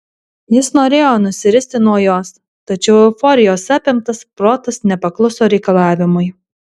jis norėjo nusiristi nuo jos tačiau euforijos apimtas protas nepakluso reikalavimui